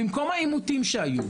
במקום העימותים שהיו,